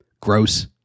gross